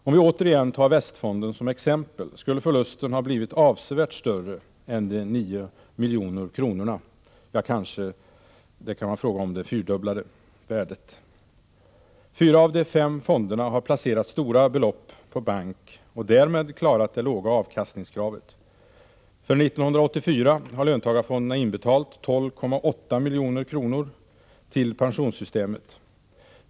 Om vi återigen tar Västfonden som exempel, skulle förlusten ha blivit avsevärt större än dessa 9 milj.kr., ja, kanske det fyrdubbla värdet. Fyra av de fem fonderna har placerat stora belopp på bank och därmed klarat det låga avkastningskravet. För 1984 har löntagarfonderna inbetalt 12,8 milj.kr. till pensionssystemet.